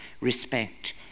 respect